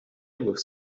with